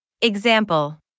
Example